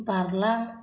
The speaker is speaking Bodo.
बारलां